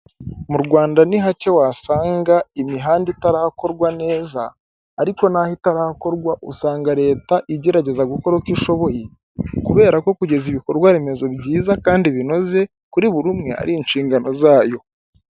Mu Rwanda ni hake wasanga imihanda itarakorwa neza, ariko naho itarakorwa, usanga leta igerageza gukora uko ishoboye kubera ko kugeza ibikorwa remezo byiza kandi binoze kuri buri umwe ari inshingano zayo.